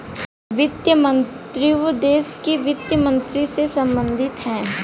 वित्त मंत्रीत्व देश के वित्त मंत्री से संबंधित है